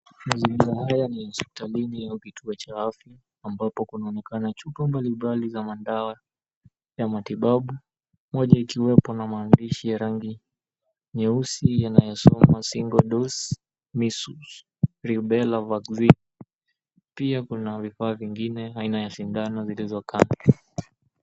Mazingira haya ni hospitalini au kituo cha afya ambapo kunaonekana chupa mbalimbali za madawa ya matibabu moja ikiwepo na maandishi ya rangi nyeusi yanayosoma, Singe Dose Measles, Rubella Vaccine. Pia kuna vifaa vingine aina ya sindano zilizokando.